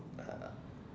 uh